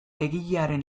egilearen